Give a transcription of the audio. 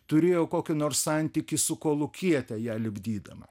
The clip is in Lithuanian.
turėjo kokį nors santykį su kolūkiete ją lipdydama